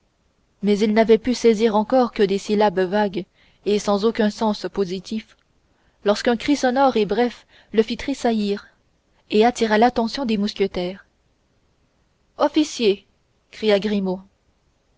mais il n'avait pu saisir encore que des syllabes vagues et sans aucun sens positif lorsqu'un cri sonore et bref le fit tressaillir et attira l'attention des mousquetaires officier cria